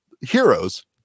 heroes